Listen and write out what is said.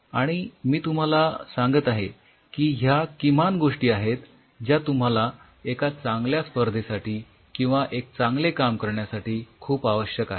आणि मी तुम्हाला सांगत आहे की ह्या किमान गोष्टी आहेत ज्या तुम्हाला एका चांगल्या स्पर्धेसाठी किंवा एक चांगले काम करण्यासाठी खूप आवश्यक आहेत